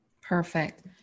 Perfect